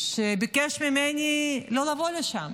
שביקש ממני לא לבוא לשם.